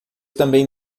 também